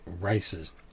races